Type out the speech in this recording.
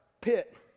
pit